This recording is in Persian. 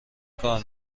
کار